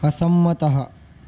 असम्मतः